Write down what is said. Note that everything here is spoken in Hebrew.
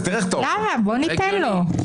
למה, בואו ניתן לו.